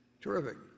terrific